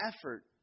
effort